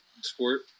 sport